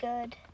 good